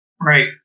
right